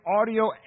audio